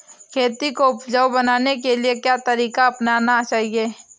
खेती को उपजाऊ बनाने के लिए क्या तरीका अपनाना चाहिए?